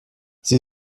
sie